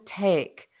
take